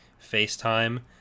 facetime